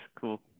Cool